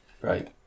Right